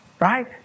Right